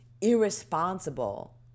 irresponsible